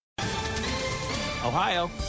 Ohio